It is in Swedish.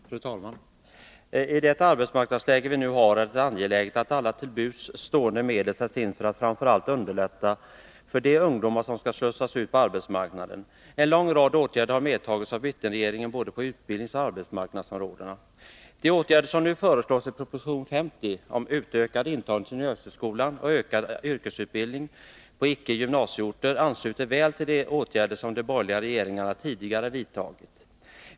Fru talman! I det arbetsmarknadsläge vi nu har är det angeläget att alla till buds stående medel sätts in för att framför allt underlätta för de ungdomar som skall slussas ut på arbetsmarknaden. En lång rad åtgärder har vidtagits av mittenregeringen på både utbildningsoch arbetsmarknadsområdena. De åtgärder som nu föreslås i proposition 50 om utökad intagning till gymnasieskolan och ökad yrkesutbildning på icke gymnasieorter ansluter väl till de åtgärder som de borgerliga regeringarna tidigare vidtagit.